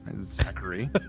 Zachary